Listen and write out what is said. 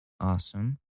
Awesome